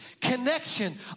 connection